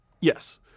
Yes